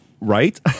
right